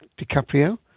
DiCaprio